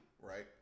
right